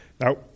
Now